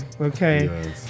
Okay